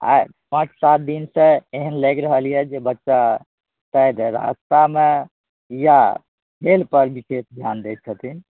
आओर पाँच सात दिनसँ एहन लागि रहल अइ जे बच्चा शायद रस्तामे या खेलपर विशेष धिआन दै छथिन